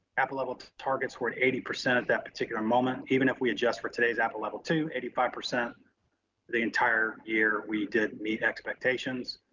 appa level targets were at eighty percent at that particular moment. even if we adjust for today's appa level ii eighty five percent the entire year, we did meet expectations.